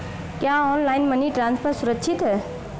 क्या online money transfer सुरक्षित है?